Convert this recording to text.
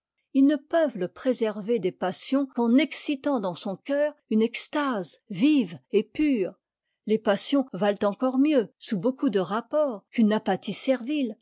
ils ne peuvent le préserver des passions qu'en excitant dans son cœur une extase vive et pure les passions valent encore mieux sous beaucoup de rapports qu'une apathie sorvile